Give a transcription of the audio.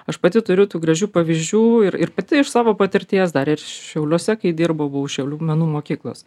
aš pati turiu tų gražių pavyzdžių ir ir pati iš savo patirties dar ir šiauliuose kai dirbau buvau šiaulių menų mokyklos